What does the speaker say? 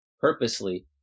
purposely